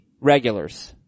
regulars